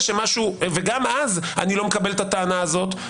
וגם אז אני לא מקבל את הטענה הזאת,